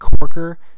Corker